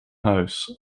huis